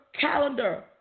calendar